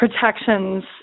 protections